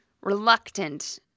reluctant